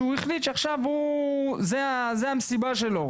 שהחליט שעכשיו זו המסיבה שלו,